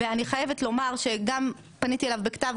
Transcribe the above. גם בכתב,